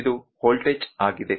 ಇದು ವೋಲ್ಟೇಜ್ ಆಗಿದೆ